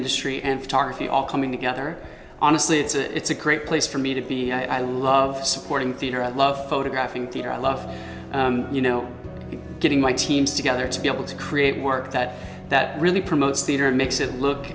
industry and photography all coming together honestly it's a great place for me to be i love supporting theatre i love photographing theater i love you know getting my teams together to be able to create work that that really promotes theater and makes it look